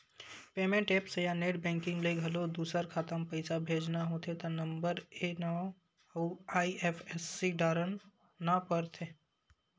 payment apps या net banking ले घलो दूसर खाता म पइसा भेजना होथे त नंबरए नांव अउ आई.एफ.एस.सी डारना परथे